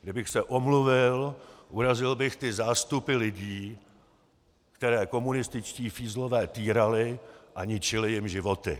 Kdybych se omluvil, urazil bych ty zástupy lidí, které komunističtí fízlové týrali a ničili jim životy.